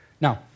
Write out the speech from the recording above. Now